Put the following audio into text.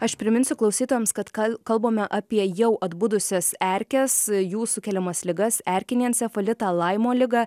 aš priminsiu klausytojams kad kal kalbame apie jau atbudusias erkes jų sukeliamas ligas erkinį encefalitą laimo ligą